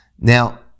Now